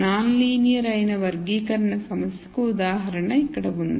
non linear అయిన వర్గీకరణ సమస్యకు ఉదాహరణ ఇక్కడ ఉంది